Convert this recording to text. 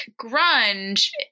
grunge